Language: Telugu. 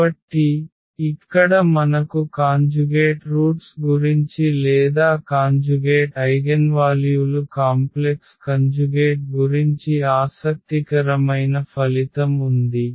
కాబట్టి ఇక్కడ మనకు కాంజుగేట్ రూట్స్ గురించి లేదా కాంజుగేట్ ఐగెన్వాల్యూలు కాంప్లెక్స్ కంజుగేట్ గురించి ఆసక్తికరమైన ఫలితం ఉంది